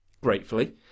gratefully